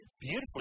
Beautifully